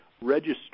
register